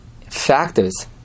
factors